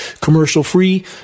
commercial-free